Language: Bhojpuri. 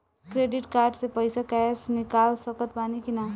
क्रेडिट कार्ड से पईसा कैश निकाल सकत बानी की ना?